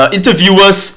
Interviewers